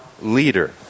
leader